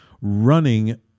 running